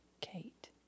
Kate